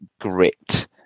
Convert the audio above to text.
grit